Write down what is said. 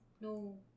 No